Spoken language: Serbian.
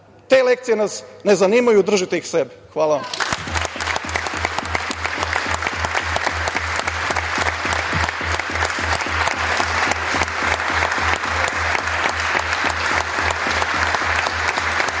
Te lekcije nas ne zanimaju, držite ih sebi. Hvala vam.